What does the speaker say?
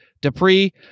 Dupree